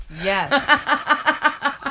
Yes